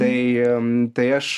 tai tai aš